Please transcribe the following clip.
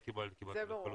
לחלוטין קיבלתי.